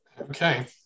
Okay